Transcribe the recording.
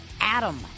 adam